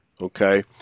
okay